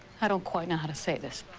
i don't quite know how to say this.